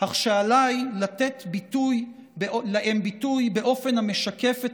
אך עליי לתת ביטוי להם ביטוי באופן המשקף את